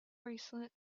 bracelet